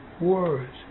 words